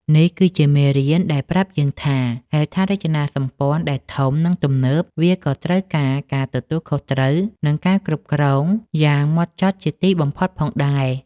នេះគឺជាមេរៀនដែលប្រាប់យើងថា ហេដ្ឋារចនាសម្ព័ន្ធដែលធំ និងទំនើប វាក៏ត្រូវការការទទួលខុសត្រូវ និងការគ្រប់គ្រងយ៉ាងហ្មត់ចត់ជាទីបំផុតផងដែរ។